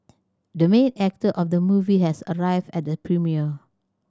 the main actor of the movie has arrived at the premiere